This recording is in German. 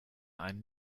einen